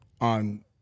on